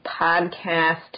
podcast